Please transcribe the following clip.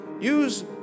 Use